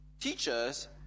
teachers